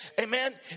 Amen